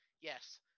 yes